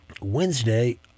Wednesday